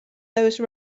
those